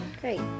Great